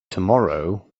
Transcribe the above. tomorrow